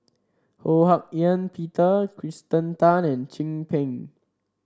Ho Hak Ean Peter Kirsten Tan and Chin Peng